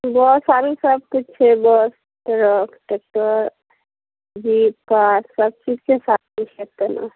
बस आरो सबकिछु छै bus truck tractor jeep car सबचीज छै